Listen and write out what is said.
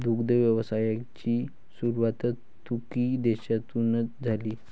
दुग्ध व्यवसायाची सुरुवात तुर्की देशातून झाली